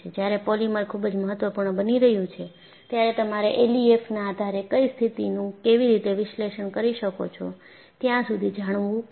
જ્યારે પોલિમર ખૂબ જ મહત્વપૂર્ણ બની રહ્યું છે ત્યારે તમારે એલઈએફએમના આધારે કઈ સ્થિતિનું કેવી રીતે વિશ્લેષણ કરી શકો છો ત્યાં સુધી જાણવું પડશે